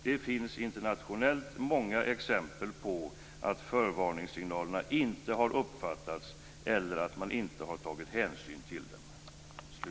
Det finns internationellt många exempel på att förvarningssignalerna inte har uppfattats eller att man inte har tagit hänsyn till dem.